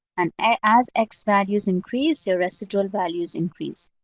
and as x values increase, your residual values increase.